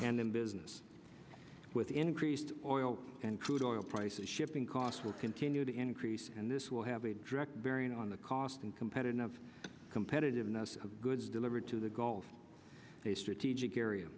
and in business with increased oil and crude oil prices shipping costs will continue to increase and this will have a direct bearing on the cost and competitive competitiveness of goods delivered to the gulf a strategic area